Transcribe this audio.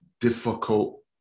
difficult